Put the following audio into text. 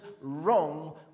wrong